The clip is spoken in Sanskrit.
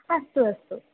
अस्तु अस्तु